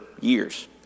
years